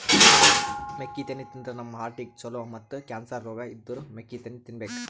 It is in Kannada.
ಮೆಕ್ಕಿತೆನಿ ತಿಂದ್ರ್ ನಮ್ ಹಾರ್ಟಿಗ್ ಛಲೋ ಮತ್ತ್ ಕ್ಯಾನ್ಸರ್ ರೋಗ್ ಇದ್ದೋರ್ ಮೆಕ್ಕಿತೆನಿ ತಿನ್ಬೇಕ್